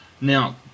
Now